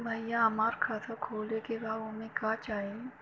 भईया हमार खाता खोले के बा ओमे का चाही?